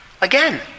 Again